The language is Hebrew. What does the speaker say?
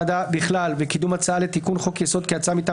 הוועדה בכלל וקידום הצעה לתיקון חוק יסוד כהצעה מטעם